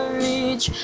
reach